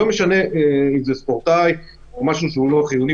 ולא משנה אם זה ספורטאי או משהו שלא חיוני,